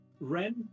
Ren